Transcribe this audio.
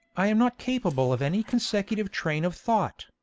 i am not capable of any consecutive train of thought.